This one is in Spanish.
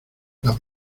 las